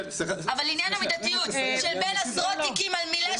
אבל עניין המידתיות שבין עשרות תיקים על מילה